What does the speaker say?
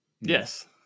Yes